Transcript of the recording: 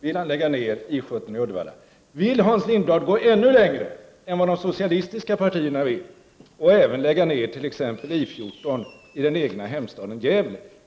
Vill Hans Lindblad lägga ned 117 i Uddevalla? Vill Hans Lindblad gå ännu längre än vad de socialistiska partierna vill och även lägga ned t.ex. I 14i Hans Lindblads egen hemstad Gävle?